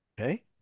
Okay